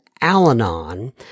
Al-Anon